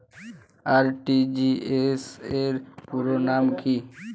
RTGS র পুরো নাম কি?